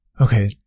Okay